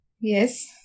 Yes